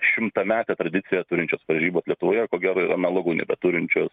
šimtametę tradiciją turinčios varžybos lietuvojeir ko gero analogų nebeturinčios